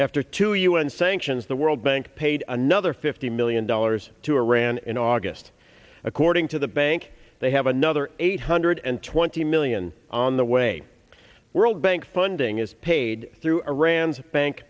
after two un sanctions the world bank paid another fifty million dollars to iran in august according to the bank they have another eight hundred and twenty million on the way world bank funding is paid through iran's bank